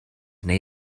neu